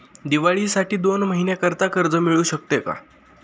दिवाळीसाठी दोन महिन्याकरिता कर्ज मिळू शकते का?